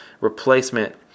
replacement